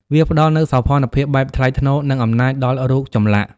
វាផ្តល់នូវសោភ័ណភាពបែបថ្លៃថ្នូរ និងអំណាចដល់រូបចម្លាក់។